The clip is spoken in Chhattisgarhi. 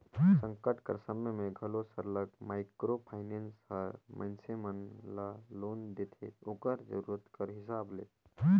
संकट कर समे में घलो सरलग माइक्रो फाइनेंस हर मइनसे मन ल लोन देथे ओकर जरूरत कर हिसाब ले